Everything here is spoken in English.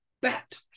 bat